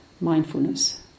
mindfulness